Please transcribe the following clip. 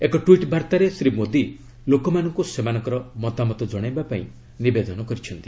ଏକ ଟ୍ୱିଟ୍ ବାର୍ତ୍ତାରେ ଶ୍ରୀ ମୋଦୀ ଲୋକମାନଙ୍କୁ ସେମାନଙ୍କର ମତାମତ ଜଣାଇବା ପାଇଁ ନିବେଦନ କରିଛନ୍ତି